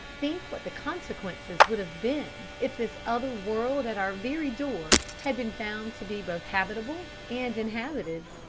think what the consequences would have been if this other world at our very door had been found to be both habitable and inhabited!